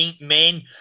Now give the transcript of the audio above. men